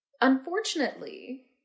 Unfortunately